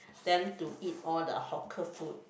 them to eat all the hawker food